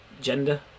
gender